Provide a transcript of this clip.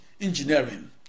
engineering